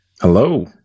Hello